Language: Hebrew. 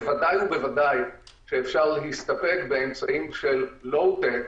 בוודאי ובוודאי שאפשר להסתפק באמצעים של לואו-טק,